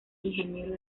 ingeniero